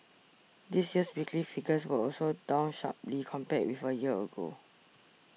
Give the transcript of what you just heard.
this year's weekly figures were also down sharply compared with a year ago